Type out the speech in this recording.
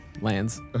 lands